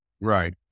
Right